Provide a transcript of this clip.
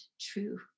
true